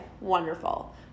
wonderful